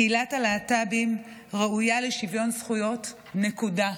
קהילת הלהט"בים ראויה לשוויון זכויות, נקודה.